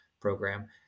program